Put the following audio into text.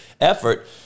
effort